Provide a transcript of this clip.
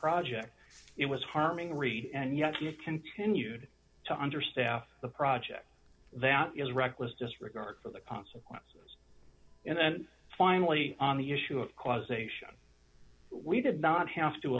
project it was harming read and yet you continued to understaffed the project that is reckless disregard for the consequences and then finally on the issue of causation we did not have to